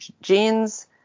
genes